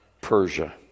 Persia